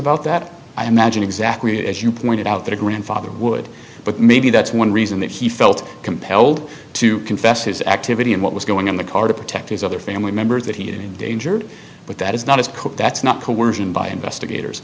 about that i imagine exactly as you pointed out that a grandfather would but maybe that's one reason that he felt compelled to his activity and what was going in the car to protect his other family members that he had endangered with that is not just cook that's not coercion by investigators